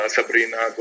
Sabrina